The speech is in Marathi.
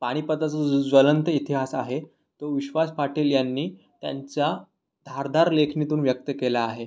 पानिपताचा जो ज्वलंत इतिहास आहे तो विश्वास पाटील यांनी त्यांच्या धारदार लेखणीतून व्यक्त केला आहे